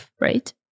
right